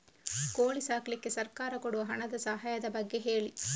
ಕೋಳಿ ಸಾಕ್ಲಿಕ್ಕೆ ಸರ್ಕಾರ ಕೊಡುವ ಹಣದ ಸಹಾಯದ ಬಗ್ಗೆ ಹೇಳಿ